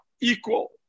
equal